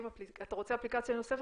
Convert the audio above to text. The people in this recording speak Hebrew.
אפליקציה אתה רוצה אפליקציה נוספת,